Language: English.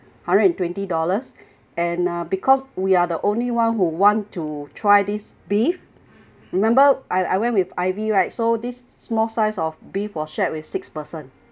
hundred and twenty dollars and uh because we are the only one who want to try this beef remember I I went with ivy right so this small size of beef were shared with six person